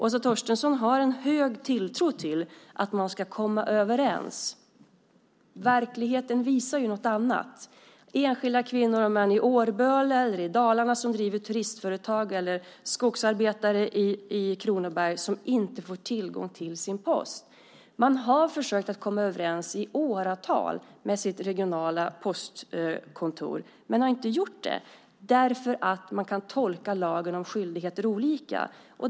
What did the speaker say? Åsa Torstensson har en stark tilltro till att man ska komma överens. Verkligheten visar något annat: enskilda kvinnor och män i Årböle eller i Dalarna som driver turistföretag eller skogsarbetare i Kronoberg och som inte får tillgång till sin post. Man har i åratal försökt komma överens med sitt regionala postkontor men har inte gjort det, därför att man kan tolka lagen om skyldigheter olika.